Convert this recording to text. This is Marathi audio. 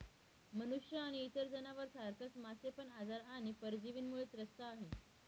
मनुष्य आणि इतर जनावर सारखच मासे पण आजार आणि परजीवींमुळे त्रस्त आहे